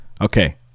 okay